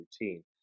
routine